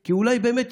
כי אולי באמת